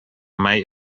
may